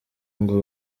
ngo